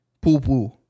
poo-poo